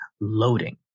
Loading